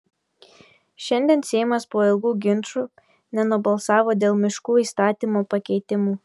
šiandien seimas po ilgų ginčų nenubalsavo dėl miškų įstatymo pakeitimų